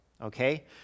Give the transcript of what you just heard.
Okay